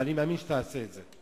ואני מאמין שתעשה את זה.